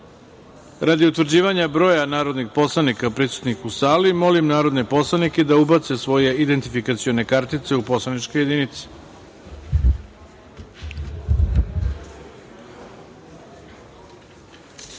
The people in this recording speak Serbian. utvrđivanja broja narodnih poslanika prisutnih u sali, molim narodne poslanike da ubace svoje identifikacione kartice u poslaničke